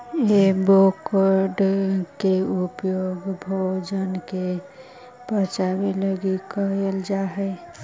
avocado के उपयोग भोजन के पचाबे लागी कयल जा हई